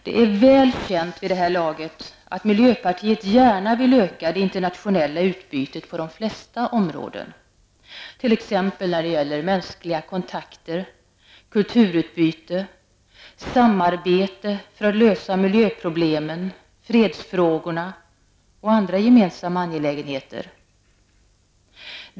Det är väl känt vid det här laget, att miljöpartiet gärna vill öka det internationella utbytet på de flesta områden, t.ex. när det gäller mänskliga kontakter, kulturutbyte och samarbete för att lösa miljöproblemen, fredsfrågorna och andra gemensamma angelägenheter.